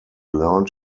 learned